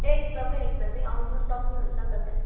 एकदमै एकदमै आउनु सक्नुहुन्छ तपाईँ